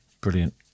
Brilliant